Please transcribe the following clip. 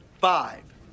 five